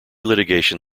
litigation